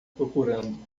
procurando